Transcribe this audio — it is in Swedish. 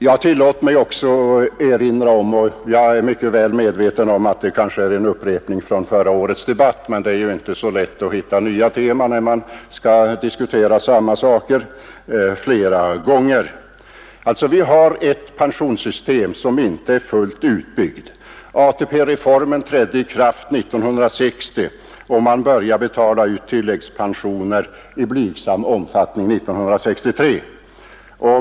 Jag är väl medveten om att vad jag kommer att säga nu kanske blir en upprepning av vad jag sade i förra årets debatt, men det är inte så lätt att hitta nya tema när man skall diskutera samma saker flera gånger. Vi har ett pensionssystem, som inte är fullt utbyggt. ATP-reformen trädde i kraft 1960, och man började att betala ut tilläggspensioner i blygsam omfattning 1963.